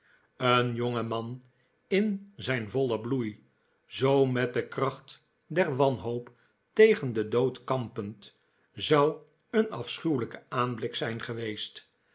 een jonge man in zijn vollen bloei zoo met de kracht der wanhoop tegen den dood kampend zou een afschuwelijke aanblik zijn geweest